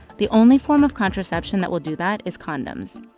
the only form of contraception that will do that is condoms.